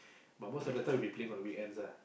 but most of the time we will be playing on the weekends ah